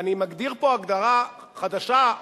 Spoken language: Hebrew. ואני מגדיר פה הגדרה חדשה,